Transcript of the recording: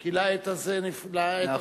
כי לעת הזאת נבחרת.